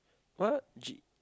what G